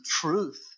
truth